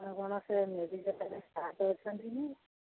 ଆଣ କ'ଣ ସେ ମେଡିକାଲରେ